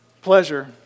pleasure